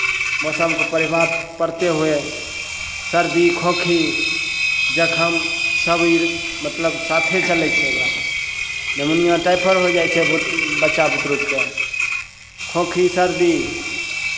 मौसमके प्रभाव पड़ते हुए सर्दी खोँखी जखम सभी मतलब साथे चलै छै निमोनिया टाइफड़ होय जाइ छै बहुत बच्चा बुतरूके खोँखी सर्दी